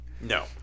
No